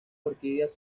orquídeas